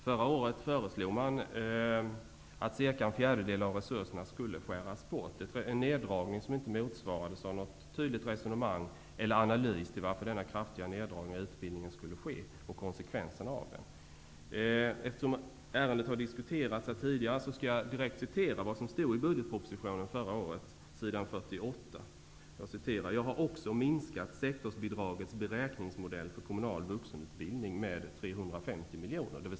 Förra året föreslog man att cirka en fjärdedel av resurserna skulle skäras bort. Det är en neddragning som inte motsvarades av något tydligt resonemang eller analys till varför denna kraftiga neddragning av utbildningen skulle ske och konsekvenserna av den. Eftersom ärendet har diskuterats här tidigare skall jag nämna vad som stod i budgetpropositionen förra året: ''Jag har också minskat sektorsbidragets beräkningsmodell för kommunal vuxenutbildning med 350 miljoner kronor.''